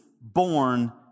born